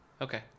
Okay